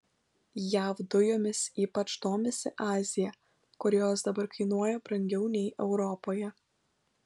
jav dujomis ypač domisi azija kur jos dabar kainuoja brangiau nei europoje